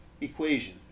equation